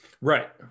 Right